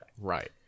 right